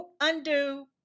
undo